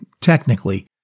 technically